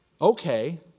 okay